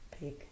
big